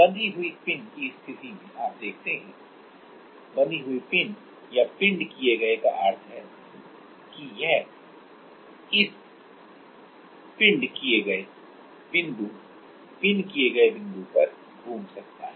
बंधी हुई पिन की स्थिति में आप देखते हैं बंधी हुई पिन किए गए का अर्थ है कि यह इस यह इस पिंड किए गए बिंदु पिन किए गए बिंदु पर घूम सकता है